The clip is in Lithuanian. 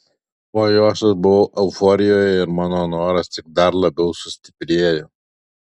po jos aš buvau euforijoje ir mano noras tik dar labiau sustiprėjo